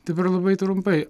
taip ir labai trumpai